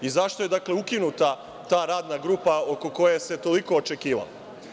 I zašto je, dakle, ukinuta ta radna grupa oko koje se toliko očekivalo?